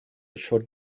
short